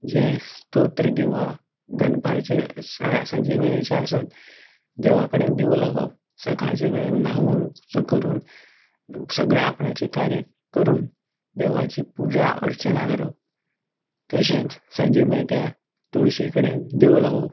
जें स्तोत्र किंवां दनपारचें सांजे वेळेचें आसत देवा कडेन दिवो लावप सकाळचे वेळेर न्हावून करून सगलें आपणाचें कार्य करून देवाची पूजा अर्चना करप तशेंच सांजे मायत्या त्या तुळशी कडेन दिवो लावप